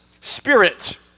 spirit